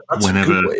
whenever